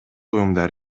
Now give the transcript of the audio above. уюмдар